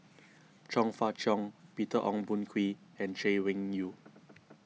Chong Fah Cheong Peter Ong Boon Kwee and Chay Weng Yew